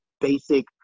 basic